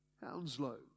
Hounslow